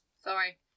Sorry